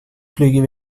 flyger